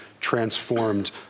transformed